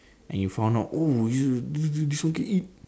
and you found out oh it's good to eat